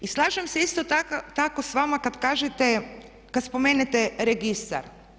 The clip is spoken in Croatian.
I slažem se isto tako s vama kada kažete, kada spomenete registar.